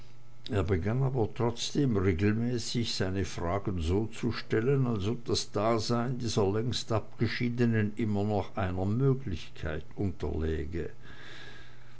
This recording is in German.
begann aber trotzdem regelmäßig seine fragen so zu stellen als ob das dasein dieser längst abgeschiedenen immer noch einer möglichkeit unterläge